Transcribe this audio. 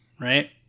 right